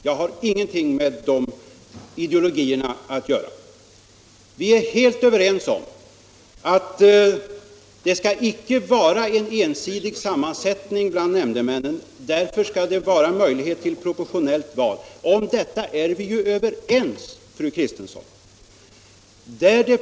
Jag har ingenting med de ideologierna att göra. Det skall inte vara en ensidig sammansättning bland nämndemännen, och därför skall det finnas möjlighet till proportionellt val. Om detta är vi ju överens, fru Kristensson.